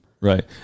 Right